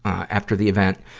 after the event,